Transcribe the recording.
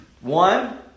One